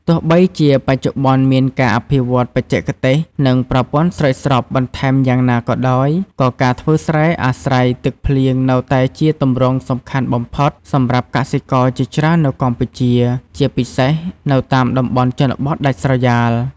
ទោះបីជាបច្ចុប្បន្នមានការអភិវឌ្ឍន៍បច្ចេកទេស និងប្រព័ន្ធស្រោចស្រពបន្ថែមយ៉ាងណាក៏ដោយ ក៏ការធ្វើស្រែអាស្រ័យទឹកភ្លៀងនៅតែជាទម្រង់សំខាន់បំផុតសម្រាប់កសិករជាច្រើននៅកម្ពុជា ជាពិសេសនៅតាមតំបន់ជនបទដាច់ស្រយាល។